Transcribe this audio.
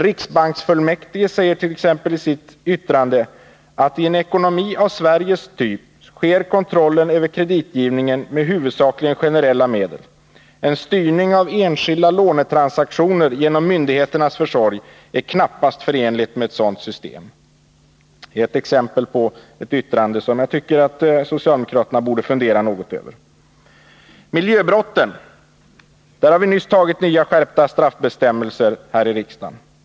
Riksbanksfullmäktige säger t.ex. i sitt yttrande: ”I en ekonomi av Sveriges typ sker kontrollen över kreditgivningen med huvudsakligen generella medel. En styrning av enskilda lånetransaktioner genom myndigheternas försorg är knappast förenlig med ett sådant system.” Det är ett exempel på ett yttrande som jag tycker att socialdemokraterna borde fundera något över. När det gäller miljöbrotten har vi nyligen antagit nya, skärpta straffbestämmelser här i riksdagen.